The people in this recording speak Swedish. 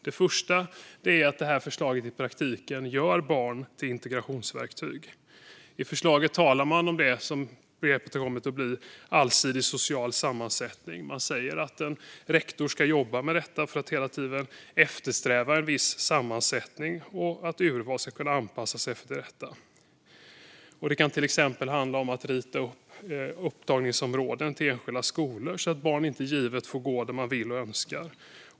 Det första är att detta förslag i praktiken gör barn till integrationsverktyg. I förslaget talar man om allsidig social sammansättning, som har kommit att bli begreppet. Man säger att en rektor ska jobba med detta för att hela tiden eftersträva en viss sammansättning och att urval ska kunna anpassas för att åstadkomma det. Det kan till exempel handla om att rita om upptagningsområden för enskilda skolor så att barn inte givet får gå där de vill eller önskar.